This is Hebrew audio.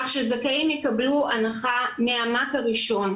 כך שזכאים יקבלו הנחה מהמ"ק הראשון,